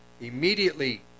immediately